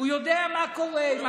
הוא יודע מה קורה.